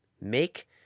make